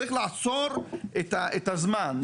צריך לעצור את הזמן,